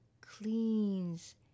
cleans